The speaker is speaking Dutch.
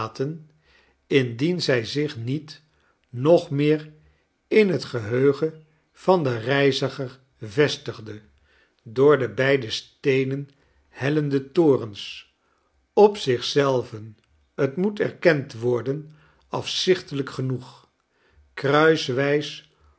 indien zij zich niet nog meer in het geheugen van den reiziger vestigde door de beide steenen hellende torens op zich zelven t moet erkend worden afzichtelijk genoeg